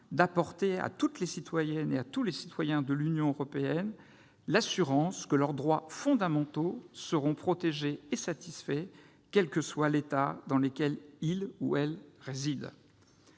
d'apporter à toutes les citoyennes et à tous les citoyens de l'Union européenne l'assurance que leurs droits fondamentaux seront protégés et satisfaits, quel que soit l'État dans lequel elles ou ils résident.